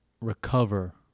recover